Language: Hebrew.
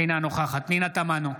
אינה נוכחת פנינה תמנו,